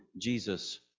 Jesus